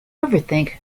overthink